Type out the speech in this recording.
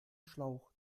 schlauch